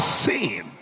sin